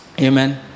Amen